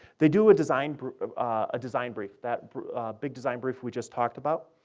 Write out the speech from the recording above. they do a design ah design brief, that big design brief we just talked about.